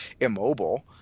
immobile